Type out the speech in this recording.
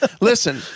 Listen